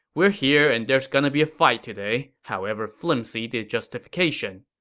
we're here and there's gonna be a fight today, however flimsy the justification.